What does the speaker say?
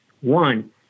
One